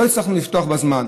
לא הצלחנו לפתוח בזמן.